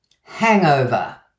Hangover